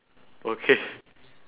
okay